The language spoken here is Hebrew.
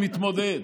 אם יתמודד.